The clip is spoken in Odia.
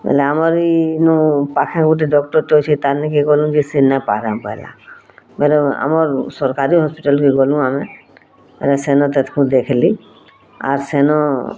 ବୋଲେ ଆମର ବି ଇନୁ ପାଖେ ଗୋଟେ ଡକ୍ଟର୍ ଟେ ଅଛି ତାର୍ ନି ଗଲୁ ଯେ ସେ ନା ପାରାମ୍ ବାଲା ବୋଇଲେ ଆମର୍ ସରକାରୀ ହସ୍ପିଟାଲ୍ କୁ ଗଲୁ ଆମେ ବୋଲେ ସେ ନ ଦେଖିଲି ଆର୍ ସେନୁ